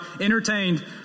entertained